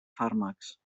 fàrmacs